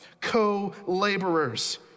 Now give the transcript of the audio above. co-laborers